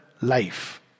life